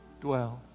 dwell